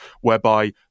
whereby